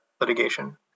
litigation